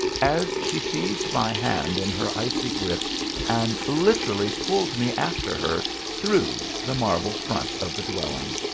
as she seized my hand in her icy grip and literally pulled me after her through the marble front of the dwelling.